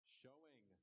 showing